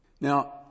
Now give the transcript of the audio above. Now